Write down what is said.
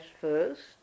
first